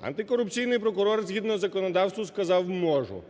Антикорупційний прокурор згідно законодавству сказав: можу.